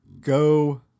go